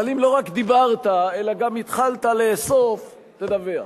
אבל אם לא רק דיברת, אלא גם התחלת לאסוף, תדווח.